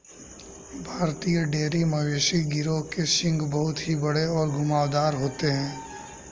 भारतीय डेयरी मवेशी गिरोह के सींग बहुत ही बड़े और घुमावदार होते हैं